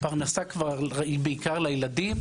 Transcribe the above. הפרנסה היא בעיקר לילדים,